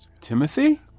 Timothy